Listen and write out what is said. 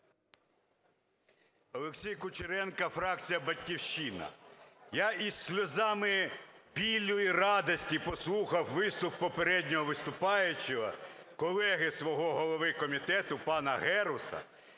Олексій Кучеренко, фракція "Батьківщина". Я зі сльозами болю і радості послухав виступ попереднього виступаючого, колеги свого, голови комітету пана Геруса,